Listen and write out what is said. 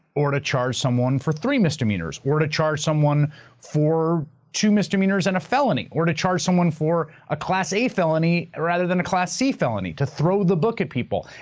or to charge someone for three misdemeanors, or to charge someone for two misdemeanors and a felony, or to charge someone for a class a felony rather than a class c felony, to throw the book at people.